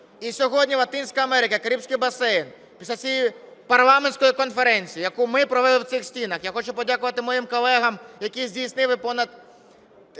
І сьогодні Латинська Америка, Карибський басейн, після цієї парламентської конференції, яку ми провели в цих стінах, я хочу подякувати моїм колегам, які здійснили понад